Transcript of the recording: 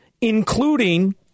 including